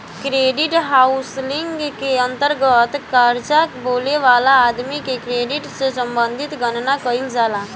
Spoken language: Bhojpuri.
क्रेडिट काउंसलिंग के अंतर्गत कर्जा लेबे वाला आदमी के क्रेडिट से संबंधित गणना कईल जाला